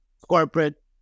corporate